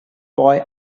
boy